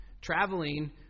Traveling